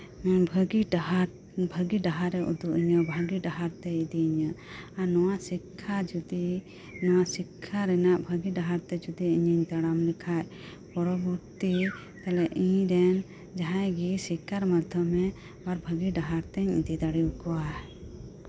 ᱵᱷᱟᱹᱜᱤ ᱰᱟᱦᱟᱨ ᱵᱷᱟᱹᱜᱤ ᱰᱟᱦᱟᱨᱮ ᱩᱫᱩᱜ ᱟᱹᱧᱟᱹ ᱵᱷᱟᱹᱜᱤ ᱰᱟᱦᱟᱨ ᱛᱮᱭ ᱤᱫᱤ ᱭᱟᱹᱧᱟ ᱟᱨ ᱱᱚᱣᱟ ᱥᱤᱠᱠᱷᱟ ᱨᱮᱱᱟᱜ ᱡᱚᱫᱤ ᱵᱷᱟᱹᱜᱤ ᱰᱟᱦᱟᱨ ᱛᱮ ᱡᱚᱫᱤᱧ ᱛᱟᱲᱟᱢ ᱞᱮᱠᱷᱟᱡ ᱤᱧ ᱨᱮᱱ ᱡᱟᱸᱦᱟᱭ ᱜᱮ ᱥᱤᱠᱠᱷᱟᱨ ᱢᱟᱫᱽᱫᱷᱚᱢᱛᱮ ᱵᱷᱟᱹᱜᱤ ᱰᱟᱦᱟᱨ ᱛᱤᱧ ᱤᱫᱤ ᱫᱟᱲᱮᱭᱟᱠᱚᱣᱟ